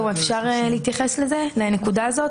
אם אנחנו משנים את התקנה הזאת